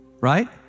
right